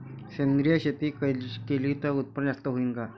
सेंद्रिय शेती केली त उत्पन्न जास्त होईन का?